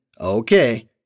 okay